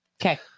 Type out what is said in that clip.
Okay